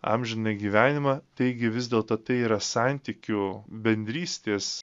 amžinąjį gyvenimą taigi vis dėlto tai yra santykių bendrystės